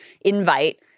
invite